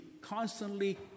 constantly